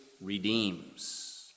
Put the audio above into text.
redeems